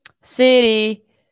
City